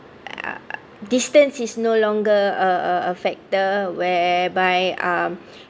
err distance is no longer a a a factor whereby um